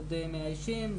עוד מאיישים,